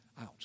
out